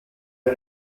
vez